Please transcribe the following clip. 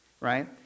Right